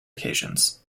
occasions